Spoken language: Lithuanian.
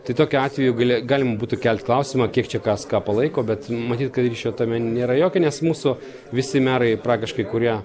tai tokiu atveju gali galima būtų kelti klausimą kiek čia kas ką palaiko bet matyt kad tame nėra jokio nes mūsų visi merai praktiškai kurie